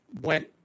went